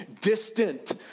distant